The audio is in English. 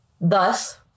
thus